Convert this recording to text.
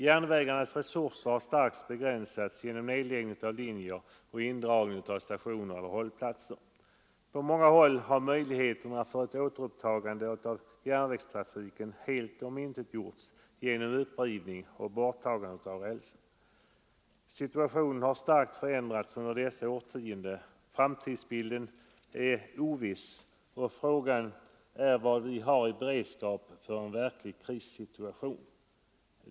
Järnvägarnas resurser har starkt begränsats genom nedläggning av linjer och indragning av stationer och hållplatser. På många håll har möjligheterna till att återupptaga järnvägstrafiken helt omintetgjorts genom upprivning och borttagande av rälsen. Situationen har starkt förändrats under dessa senaste årtionden. Framtidsbilden är oviss, och frågan är vad vi har i beredskap för en verklig krissituation.